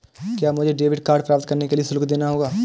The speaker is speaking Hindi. क्या मुझे डेबिट कार्ड प्राप्त करने के लिए शुल्क देना होगा?